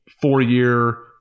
four-year